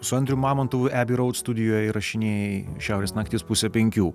su andrium mamontovu ebi roud studijoj įrašinėjai šiaurės naktis pusė penkių